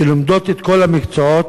שלומדות את כל המקצועות.